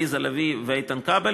עליזה לביא ואיתן כבל.